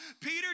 Peter